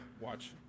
Watch